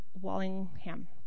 Wallingham